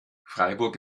freiburg